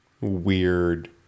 weird